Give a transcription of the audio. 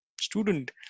student